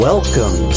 Welcome